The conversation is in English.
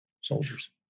soldiers